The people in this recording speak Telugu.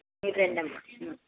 మీరు రండమ్మా